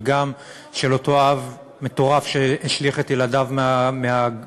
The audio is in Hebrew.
וגם של אותו אב מטורף שהשליך את ילדיו מהגג,